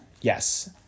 yes